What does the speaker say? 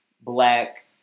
black